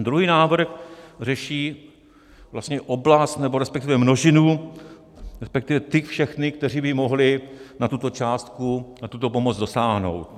Druhý návrh řeší vlastně oblast, resp. množinu, resp. ty všechny, kteří by mohli na tuto částku, na tuto pomoc dosáhnout.